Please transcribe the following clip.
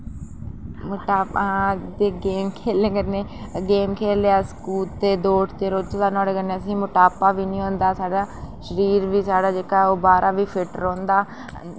मटापा ते गेम खेढने कन्नै गेम खेढने अस कूदते दौड़दे रौह्चै ते नुआढ़े कन्नै असें मटापा बी निं होंदा साढ़ा शरीर बी साढ़ा जेह्का ओह् बाह्रा बी फिट रौंह्दा